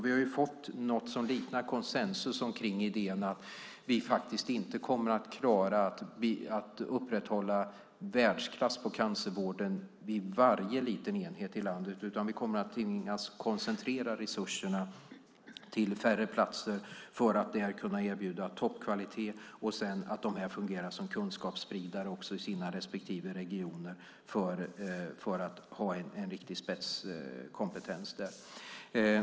Vi har fått något som liknar konsensus om idén att vi faktiskt inte kommer att klara av att upprätthålla världsklass på cancervården vid varje liten enhet i landet, utan vi kommer att tvingas koncentrera resurserna till färre platser för att där kunna erbjuda toppkvalitet. Sedan ska de fungera som kunskapsspridare i sina respektive regioner för att få en riktig spetskompetens där.